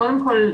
למיטב הבנתי,